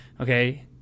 Okay